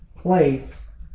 place